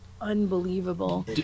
unbelievable